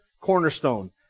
cornerstone